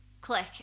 click